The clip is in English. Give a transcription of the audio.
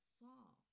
solve